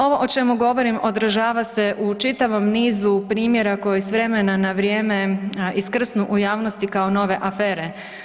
Ovo o čemu govorim održava se u čitavom nizu primjera koji s vremena na vrijeme iskrsnu u javnosti kao nove afere.